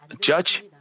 judge